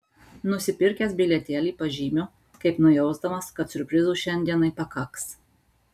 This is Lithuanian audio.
nusipirkęs bilietėlį pažymiu kaip nujausdamas kad siurprizų šiandienai pakaks